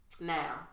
Now